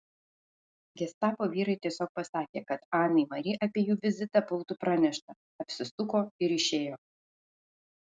gestapo vyrai tiesiog pasakė kad anai mari apie jų vizitą būtų pranešta apsisuko ir išėjo